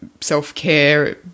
self-care